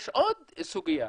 יש עוד סוגיה,